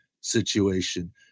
situation